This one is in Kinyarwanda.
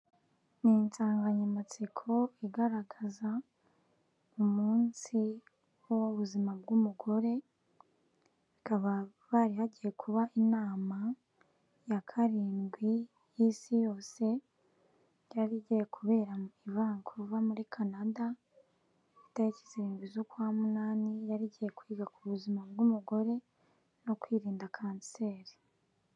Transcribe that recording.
Ni insanganyamatsiko igaragaza umunsi w'ubuzima bw'umugore bakaba bari bagiye kubaha inama ya karindwi y'isi yose yari igiye kubera vancouver muri canada itariki z'irindwi z'ukwa munani yari igiye kwiga ku buzima bw'umugore no kwirinda kanseri.